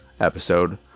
episode